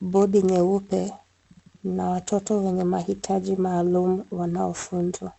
bodi nyeupe, na watoto wenye mahitaji maalumu, wanaofunzwa.